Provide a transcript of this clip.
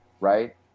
right